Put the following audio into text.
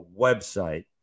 website